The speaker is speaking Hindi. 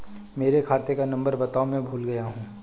मेरे खाते का नंबर बताओ मैं भूल गया हूं